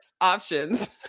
options